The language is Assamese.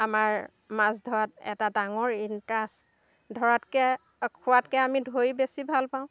আমাৰ মাছ ধৰাত এটা ডাঙৰ ইনট্ৰাস্ট ধৰাতকৈ খোৱাতকৈ আমি ধৰি বেছি ভাল পাওঁ